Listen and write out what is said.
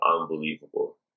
unbelievable